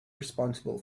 responsible